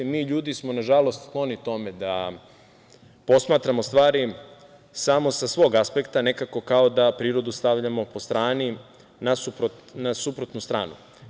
Mi, ljudi, smo, nažalost, skloni tome da posmatramo stvari samo sa svog aspekta, nekako kao da prirodu stavljamo po strani, na suprotnu stranu.